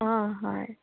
অ হয়